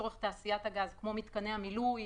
כמו מתקני המילוי,